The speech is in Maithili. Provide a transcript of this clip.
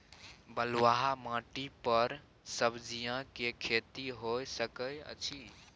बलुआही माटी पर सब्जियां के खेती होय सकै अछि?